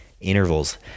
intervals